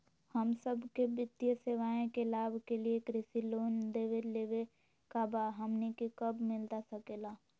हम सबके वित्तीय सेवाएं के लाभ के लिए कृषि लोन देवे लेवे का बा, हमनी के कब मिलता सके ला?